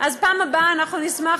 אז בפעם הבאה אנחנו נשמח,